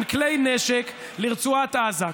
עם כלי נשק לרצועת עזה,